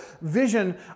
vision